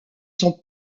son